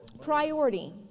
priority